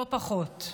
לא פחות.